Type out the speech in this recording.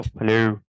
Hello